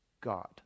God